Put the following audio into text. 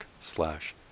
slash